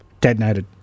Detonated